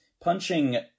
Punching